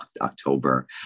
October